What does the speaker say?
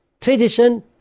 tradition